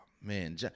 man